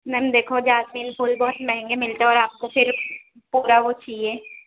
میم دیکھو جاسمین پھول بہت مہنگے ملتے ہیں اور آپ کو پھر پورا وہ چاہیے